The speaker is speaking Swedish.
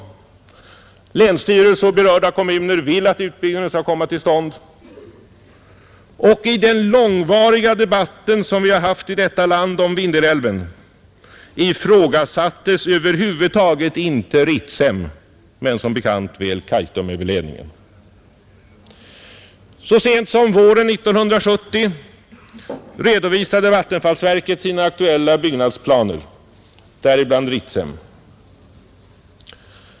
Länsstyrelsen och berörda kommuner vill att utbyggnaden skall komma till stånd, och i den långvariga debatt som vi har haft i detta land om Vindelälven ifrågasattes över huvud taget inte Ritsem men som bekant väl Kaitumöverledningen. Så sent som våren 1970 redovisade vattenfallsverket sina aktuella byggnadsplaner, däribland Ritsem.